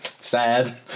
Sad